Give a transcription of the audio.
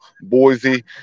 Boise